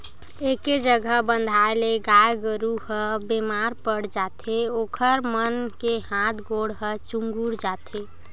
एके जघा बंधाए ले गाय गरू ह बेमार पड़ जाथे ओखर मन के हात गोड़ ह चुगुर जाथे